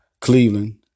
Cleveland